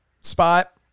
spot